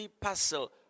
parcel